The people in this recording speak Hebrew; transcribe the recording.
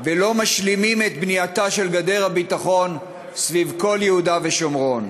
ולא משלימים את בנייתה של גדר הביטחון סביב כל יהודה ושומרון,